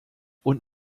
und